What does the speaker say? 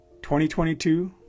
2022